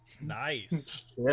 Nice